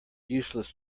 useless